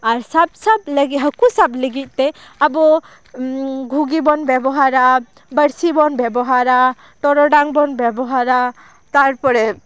ᱟᱨ ᱥᱟᱵ ᱥᱟᱵ ᱞᱟᱹᱜᱤᱫ ᱦᱟᱹᱠᱩ ᱥᱟᱵ ᱞᱟᱹᱜᱤᱫ ᱛᱮ ᱟᱵᱚ ᱜᱷᱩᱜᱤ ᱵᱚᱱ ᱵᱮᱵᱚᱦᱟᱨᱟ ᱵᱟᱹᱲᱥᱤ ᱵᱚᱱ ᱵᱮᱵᱚᱦᱟᱨᱟ ᱴᱚᱨᱚᱰᱟᱝ ᱵᱚᱱ ᱵᱮᱵᱚᱦᱟᱨᱟ ᱛᱟᱨᱯᱚᱨᱮ